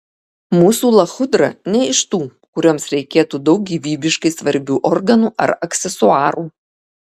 mūsų lachudra ne iš tų kurioms reikėtų daug gyvybiškai svarbių organų ar aksesuarų